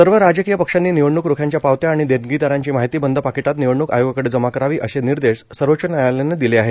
सर्व राजकीय पक्षांनी निवडणूक रोख्यांच्या पावत्या आणि देणगीदारांची माहिती बंद पाकिटात निवडणूक आयोगाकडे जमा करावी असे निर्देश सर्वोच्च न्यायालयाने दिले आहेत